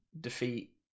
defeat